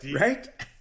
right